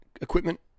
equipment